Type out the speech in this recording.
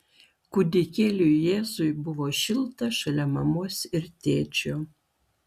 kūdikėliui jėzui buvo šilta šalia mamos ir tėčio